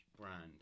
brand